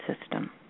system